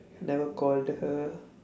never called her